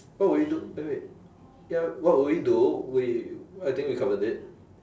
what will you do eh wait ya what will you do we I think we covered it